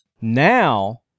Now